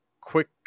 quick